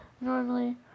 normally